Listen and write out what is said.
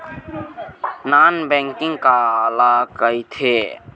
Non banking काला कइथे?